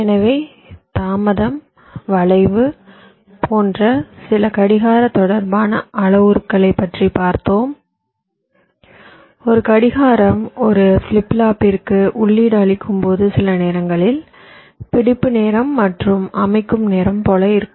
எனவே தாமதம் வளைவு போன்ற சில கடிகார தொடர்பான அளவுருக்களைப் பற்றி பார்த்தோம் ஒரு கடிகாரம் ஒரு பிளிப் ஃப்ளாப்பிற்கு உள்ளீடு அளிக்கும்போது சில நேரங்களில் பிடிப்பு நேரம் மற்றும் அமைக்கும் நேரங்கள் போல இருக்கும்